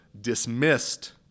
dismissed